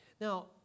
Now